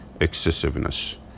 excessiveness